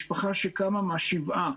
משפחה שקמה מהשבעה,